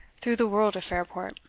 through the world of fairport.